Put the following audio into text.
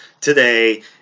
today